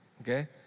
okay